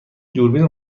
دوربین